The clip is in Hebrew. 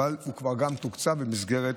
הוא כבר תוקצב במסגרת